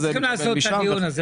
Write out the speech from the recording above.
אנחנו צריכים לעשות את הדיון הזה.